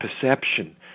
perception